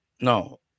No